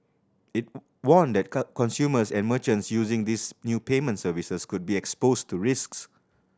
it warned that cut consumers and merchants using these new payment services could be exposed to risks